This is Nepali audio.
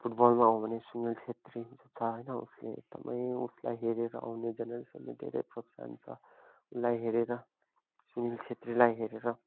फुटबलमा हो भने सुनिल छेत्री जो छ होइन उसले एकदमै उसलाई हेरेर आउने जेनेरेसनलाई धेरै प्रोत्साहन छ उसलाई हेरेर सुनिल छेत्रीलाई हेरेर